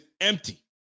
empty